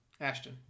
Ashton